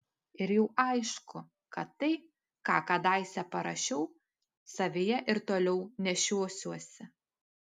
ir jau aišku kad tai ką kadaise parašiau savyje ir toliau nešiosiuosi